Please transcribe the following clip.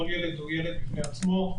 כל ילד הוא ילד בפני עצמו.